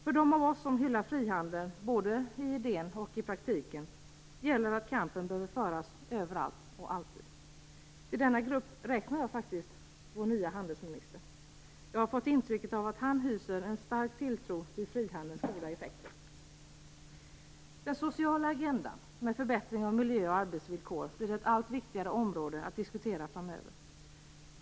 För dem av oss som hyllar frihandeln både som idé och i praktiken gäller att kampen behöver föras överallt och alltid. Till denna grupp räknar jag faktiskt vår nye handelsminister. Jag har fått intrycket att han hyser en stark tilltro till frihandelns goda effekter. Den sociala agendan med förbättring av miljö och arbetsvillkor blir ett allt viktigare område att diskutera framöver.